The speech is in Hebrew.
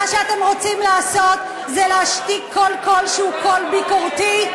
מה שאתם רוצים לעשות זה להשתיק כל קול שהוא קול ביקורתי,